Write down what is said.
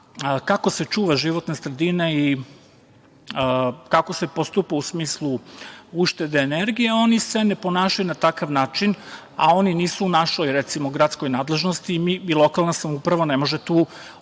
kako se čuva životna sredina i kako se postupa u smislu uštede energije. Oni se ne ponašaju na takav način, a oni nisu u našoj recimo, gradskoj nadležnosti i lokalna samouprava ne može tu ništa